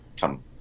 come